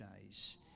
days